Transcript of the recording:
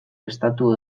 estatu